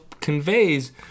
conveys